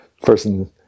person